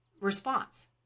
response